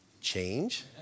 Change